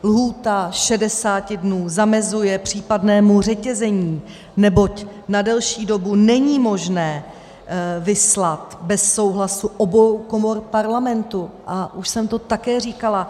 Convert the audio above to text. Lhůta 60 dnů zamezuje případnému řetězení, neboť na delší dobu není možné vyslat bez souhlasu obou komor Parlamentu, a už jsem to také říkala.